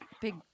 big